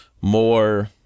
more